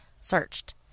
searched